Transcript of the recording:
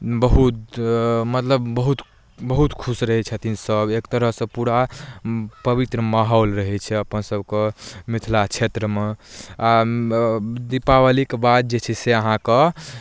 बहुत मतलब बहुत बहुत खुश रहै छथिन सभ एक तरहसँ पूरा पवित्र माहौल रहै छै अपन सभके मिथिला क्षेत्रमे आ दीपावलीके बाद जे छै से अहाँके